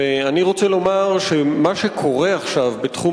ואני רוצה לומר שמה שקורה עכשיו בתחום